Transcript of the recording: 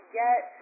get